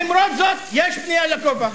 למרות זאת יש בנייה לגובה.